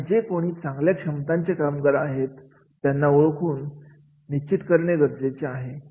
आणि जे कोणी चांगल्या क्षमतांची कामगार आहेत त्यांना ओळखून निश्चित करणे गरजेचे आहे